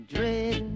Dread